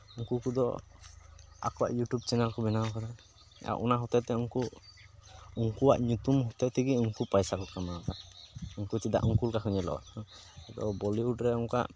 ᱱᱩᱠᱩ ᱠᱚᱫᱚ ᱟᱠᱚᱣᱟᱜ ᱤᱭᱩᱴᱩᱵᱽ ᱪᱮᱱᱮᱞ ᱠᱚ ᱵᱮᱱᱟᱣ ᱠᱟᱫᱟ ᱟᱨ ᱚᱱᱟ ᱦᱚᱛᱮᱫ ᱛᱮ ᱩᱱᱠᱩ ᱩᱱᱠᱩᱣᱟᱜ ᱧᱩᱛᱩᱢ ᱦᱚᱛᱮᱫ ᱛᱮᱜᱮ ᱩᱱᱠᱩ ᱯᱚᱭᱥᱟ ᱠᱚ ᱠᱟᱢᱟᱣᱫᱟ ᱩᱱᱠᱩ ᱪᱮᱫᱟᱜ ᱚᱱᱠᱟ ᱠᱚ ᱧᱮᱞᱚᱜᱼᱟ ᱵᱚᱞᱤᱭᱩᱰ ᱨᱮ ᱚᱱᱠᱟ